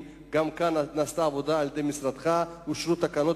גם כאן נעשתה עבודה במשרדך, אושרו תקנות.